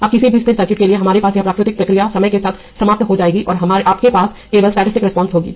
अब किसी भी स्थिर सर्किट के लिए हमारे पास यह प्राकृतिक प्रतिक्रिया समय के साथ समाप्त हो जाएगी और आपके पास केवल स्टेटिस्टिक रिस्पांस होगी